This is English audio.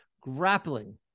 grappling